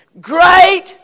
Great